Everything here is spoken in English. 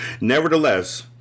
Nevertheless